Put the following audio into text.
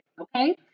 okay